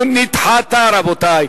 אם כן, רבותי,